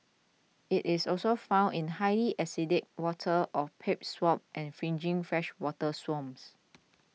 it is also found in highly acidic waters of peat swamps and fringing freshwater swamps